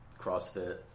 CrossFit